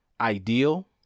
ideal